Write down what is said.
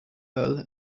earl